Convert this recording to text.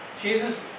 Jesus